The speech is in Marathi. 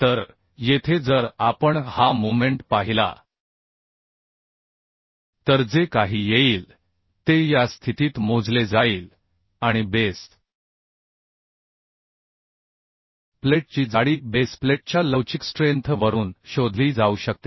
तर येथे जर आपण हा मोमेंट पाहिला तर जे काही येईल ते या स्थितीत मोजले जाईल आणि बेस प्लेटची जाडी बेस प्लेटच्या लवचिक स्ट्रेंथ वरून शोधली जाऊ शकते